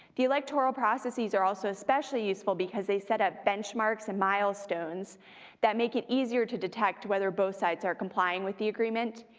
the electoral processes are also especially useful because they set up benchmarks and milestones that make it easier to detect whether both sides are complying with the agreement,